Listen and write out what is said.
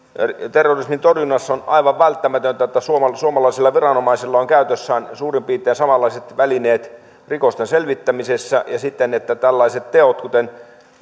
terrorismin torjunnassa on aivan välttämätöntä että suomalaisilla viranomaisilla on käytössään suurin piirtein samanlaiset välineet rikosten selvittämisessä ja on hyvä se että tällaiset teot kuten